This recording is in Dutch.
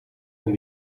van